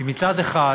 כי מצד אחד